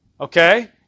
Okay